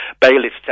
bailiffs